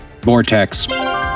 Vortex